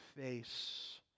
face